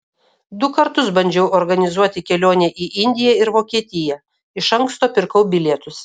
du kartus bandžiau organizuoti kelionę į indiją ir vokietiją iš anksto pirkau bilietus